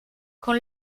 con